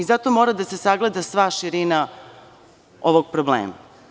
Zato mora da se sagleda sva širina ovog problema.